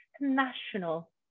National